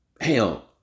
Hell